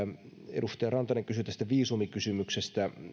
edustaja rantanen kysyi tästä viisumikysymyksestä